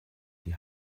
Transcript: die